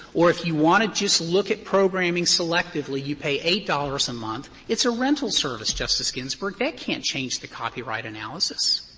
or if you want to just look at programming selectively, you pay eight dollars a month, it's a rental service, justice ginsburg. that can't change the copyright analysis.